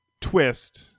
Twist